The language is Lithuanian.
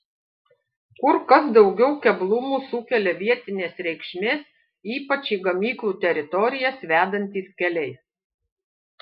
kur kas daugiau keblumų sukelia vietinės reikšmės ypač į gamyklų teritorijas vedantys keliai